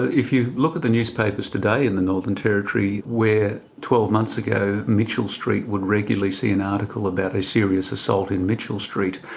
if you look at the newspapers today in the northern territory, territory, where twelve months ago mitchell street would regularly see an article about a serious assault in mitchell street,